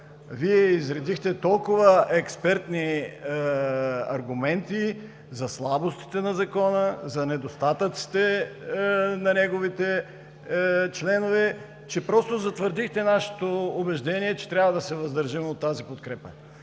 Вие изредихте толкова експертни аргументи за слабостите на Закона, за недостатъците на неговите членове, че просто затвърдихте нашето убеждение, че трябва да се въздържим от тази подкрепа.